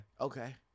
Okay